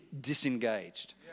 disengaged